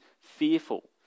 fearful